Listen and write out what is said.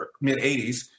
mid-80s